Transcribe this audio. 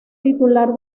titular